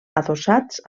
adossats